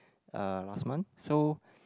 uh last month so